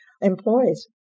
employees